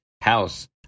house